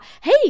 hey